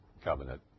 covenant